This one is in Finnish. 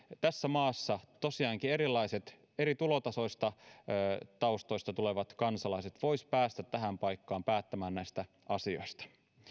tässä maassa tosiaankin erilaiset eri tulotaustoista tulevat kansalaiset voisivat päästä tähän paikkaan päättämään näistä asioista